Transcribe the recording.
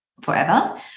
forever